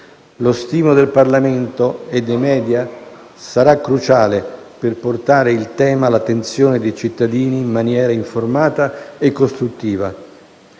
Lo stimolo del Parlamento e dei *media* sarà cruciale per portare il tema all'attenzione dei cittadini in maniera informata e costruttiva.